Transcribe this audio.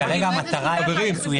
כרגע המטרה מצוינת בחוק.